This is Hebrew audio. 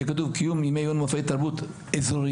יהיה כתוב קיום ימי עיון ומופעי תרבות אזוריים,